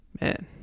Man